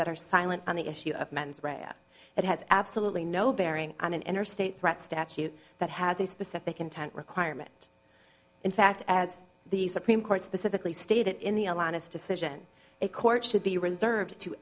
that are silent on the issue of mens rea it has absolutely no bearing on an interstate threat statute that has a specific intent requirement in fact as the supreme court specifically stated in the a lot of decision a court should be reserved to